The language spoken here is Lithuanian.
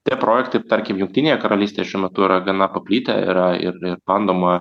tie projektai tarkim jungtinėje karalystėj šiuo metu yra gana paplitę yra ir bandoma